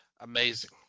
Amazing